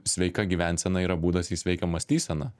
sveika gyvensena yra būdas į sveiką mąstyseną